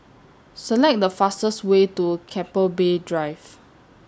Select The fastest Way to Keppel Bay Drive